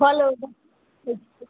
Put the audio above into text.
फल ठीक छै